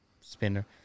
spinner